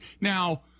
Now